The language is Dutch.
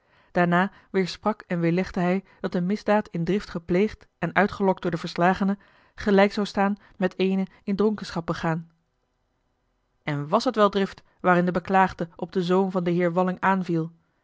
daarna weersprak en weerlegde hij dat een misdaad in drift gepleegd en uitgelokt door den verslagene gelijk zou staan met eene in dronkenschap begaan en was het wel drift waarin de beklaagde op den zoon van den heer walling aanviel